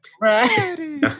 Right